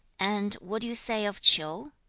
and what do you say of ch'iu